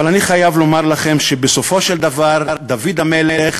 אבל אני חייב לומר לכם שבסופו של דבר דוד המלך